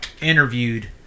interviewed